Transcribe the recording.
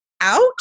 out